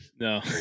no